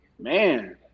man